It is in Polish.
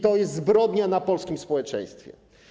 To jest zbrodnia na polskim społeczeństwie.